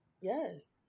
Yes